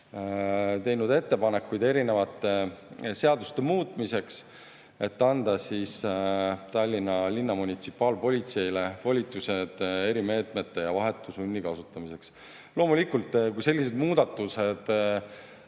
ettepanekuid erinevate seaduste muutmiseks, et anda Tallinna linna munitsipaalpolitseile volitused erimeetmete ja vahetu sunni kasutamiseks. Loomulikult, kui sellised muudatused